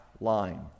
line